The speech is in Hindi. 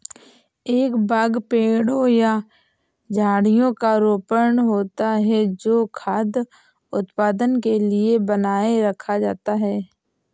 एक बाग पेड़ों या झाड़ियों का रोपण है जो खाद्य उत्पादन के लिए बनाए रखा जाता है